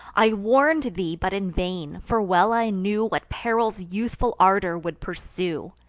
i warn'd thee, but in vain for well i knew what perils youthful ardor would pursue,